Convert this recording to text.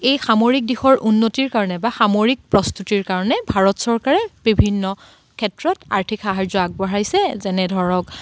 এই সামৰিক দিশৰ উন্নতিৰ কাৰণে বা সামৰিক প্ৰস্তুতিৰ কাৰণে ভাৰত চৰকাৰে বিভিন্ন ক্ষেত্ৰত আৰ্থিক সাহাৰ্য্য আগবঢ়াইছে যেনে ধৰক